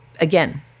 again